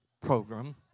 program